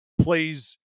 plays